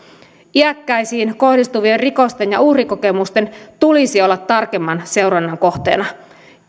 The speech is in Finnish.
iäkkäisiin kohdistuvien rikosten ja uhrikokemusten tulisi olla tarkemman seurannan kohteena